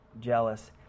jealous